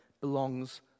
belongs